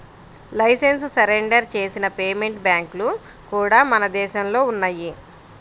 licence surrender చేసిన payment బ్యాంక్లు కూడా మన దేశంలో ఉన్నయ్యి